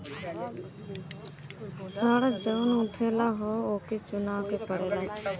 ऋण जउन उठउले हौ ओके चुकाए के पड़ेला